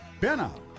Benna